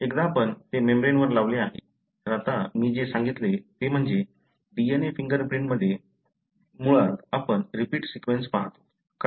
तर एकदा आपण ते मेम्ब्रेनवर लावले आहे तर आता मी जे सांगितले ते म्हणजे DNA फिंगर प्रिंटिंगमध्ये मुळात आपण रिपीट सीक्वेन्स पहतो